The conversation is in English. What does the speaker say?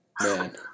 Man